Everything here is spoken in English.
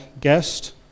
guest